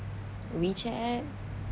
wechat